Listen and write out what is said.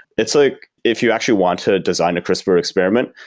it's like if you actually want to design a crispr experiment,